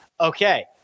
Okay